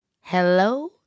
hello